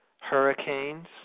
hurricanes